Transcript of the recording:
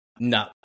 No